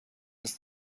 ist